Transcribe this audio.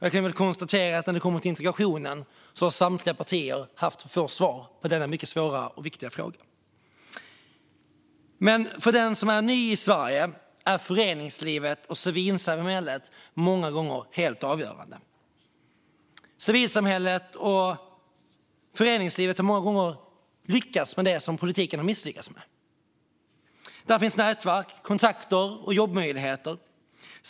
Jag kan konstatera att när det handlar om integrationen har samtliga partier haft för få svar på denna mycket svåra och viktiga fråga. Men för den som är ny i Sverige är föreningslivet och civilsamhället många gånger helt avgörande. Där har man många gånger lyckats med det som politiken har misslyckats med. Där finns nätverk, kontakter och jobbmöjligheter.